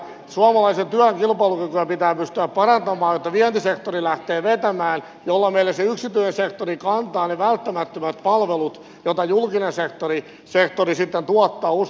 suomalaisen työn kilpailukykyä pitää pystyä parantamaan jotta vientisektori lähtee vetämään jolloin meillä se yksityinen sektori kantaa ne välttämättömät palvelut joita julkinen sektori sitten tuottaa